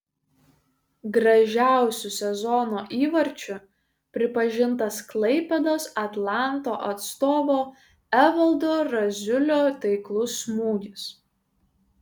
gražiausiu sezono įvarčiu pripažintas klaipėdos atlanto atstovo evaldo raziulio taiklus smūgis